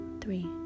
three